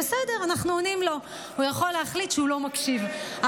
הוא לא מכבד אותך, אז מה את עונה לו?